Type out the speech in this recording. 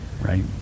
Right